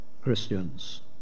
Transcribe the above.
Christians